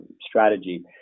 strategy